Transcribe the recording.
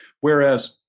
Whereas